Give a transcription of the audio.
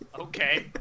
Okay